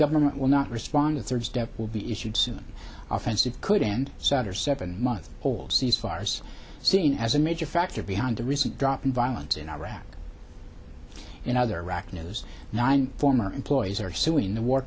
government will not respond the third step will be issued soon offensive could end sutter seven month old cease fires seen as a major factor behind the recent drop in violence in iraq and other iraq news nine former employees are suing the war